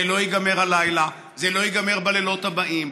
זה לא ייגמר הלילה וזה לא ייגמר בלילות הבאים.